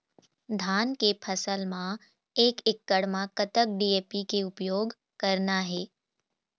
धान के फसल म एक एकड़ म कतक डी.ए.पी के उपयोग करना हे?